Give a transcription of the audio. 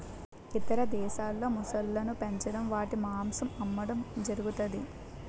ఇతర దేశాల్లో మొసళ్ళను పెంచడం వాటి మాంసం అమ్మడం జరుగుతది